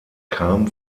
kam